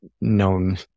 known